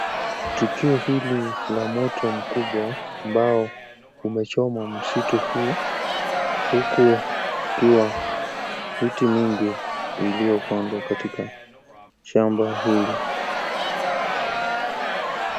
Tukio hili la moto mkubwa ambao umechoma msitu huu, huku ukiwa miti mingi iliyopandwa katika shamba hili.